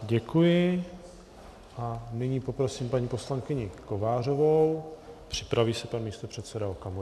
Děkuji a nyní poprosím paní poslankyni Kovářovou, připraví se pan místopředseda Okamura.